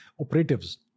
operatives